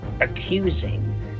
accusing